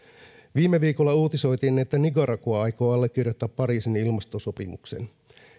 viime viikolla uutisoitiin että nicaragua aikoo allekirjoittaa pariisin ilmastosopimuksen